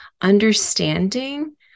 understanding